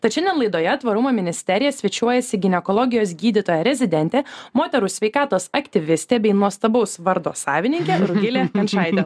tad šiandien laidoje tvarumo ministerija svečiuojasi ginekologijos gydytoja rezidentė moterų sveikatos aktyvistė bei nuostabaus vardo savininkė rugilė kančaitė